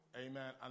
Amen